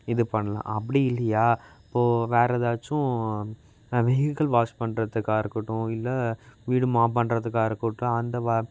இது பண்ணலாம் அப்படி இல்லையா இப்போது வேறு எதாச்சும் வெஹிக்கிள் வாஷ் பண்றத்துக்காக இருக்கட்டும் இல்லை வீடு மாப் பண்றத்துக்காக இருக்கட்டும் அந்த வா